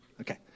Okay